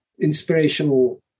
inspirational